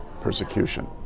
persecution